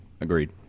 agreed